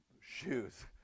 Shoes